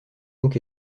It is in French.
donc